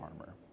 armor